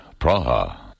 Praha